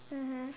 mmhmm